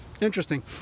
Interesting